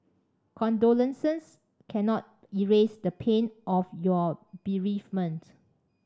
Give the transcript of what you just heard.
condolences cannot erase the pain of your bereavement